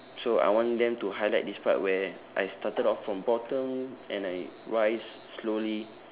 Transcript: so I want them to highlight this part where I started off from bottom and I rise slowly